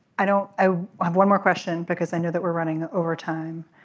i don't i have one more question because i know that we're running over time.